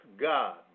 God